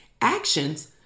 actions